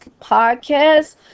podcast